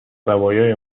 زوایای